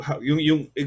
yung